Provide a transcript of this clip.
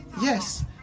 Yes